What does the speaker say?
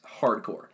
hardcore